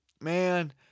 Man